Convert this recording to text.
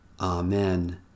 Amen